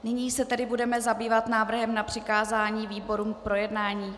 Nyní se budeme zabývat návrhem na přikázání výborům k projednání.